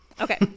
Okay